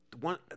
one